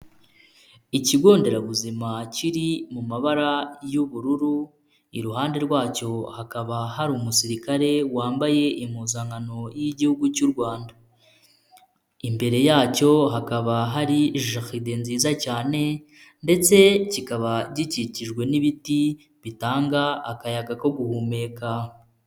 Ikigo nderabuzima kiri mu mabara y'ubururu, iruhande rwacyo hakaba hari umusirikare wambaye impuzankano y'igihugu cy'u Rwanda, imbere yacyo hakaba hari jaride nziza cyane ndetse kikaba gikikijwe n'ibiti bitanga akayaga ko guhumeka,